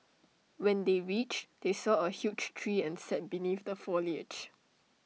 when they reached they saw A huge tree and sat beneath the foliage